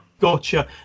gotcha